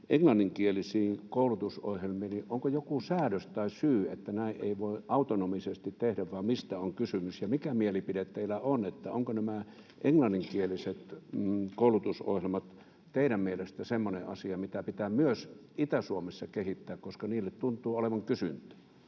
englanninkielisiin koulutusohjelmiin, niin onko joku säädös tai syy, että näin ei voi autonomisesti tehdä, vaan mistä on kysymys? Ja mikä mielipide teillä on, että ovatko nämä englanninkieliset koulutusohjelmat teidän mielestänne semmoinen asia, mitä pitää myös Itä-Suomessa kehittää, koska niille tuntuu olevan kysyntää?